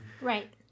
Right